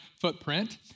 footprint